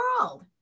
world